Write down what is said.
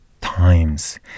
times